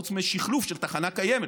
חוץ משחלוף של תחנה קיימת,